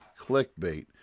clickbait